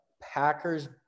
Packers